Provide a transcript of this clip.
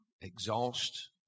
exhaust